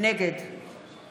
נגד